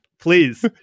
Please